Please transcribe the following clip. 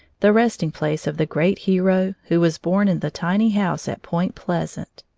the resting-place of the great hero who was born in the tiny house at point pleasant.